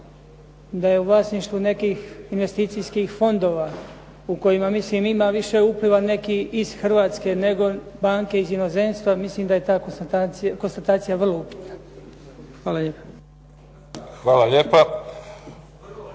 da je u vlasništvu nekih investicijskih fondova u kojima mislim ima upliva nekih iz Hrvatske nego banke iz inozemstva, mislim da je ta konstatacija vrlo upitna. **Mimica, Neven (SDP)** Hvala lijepa.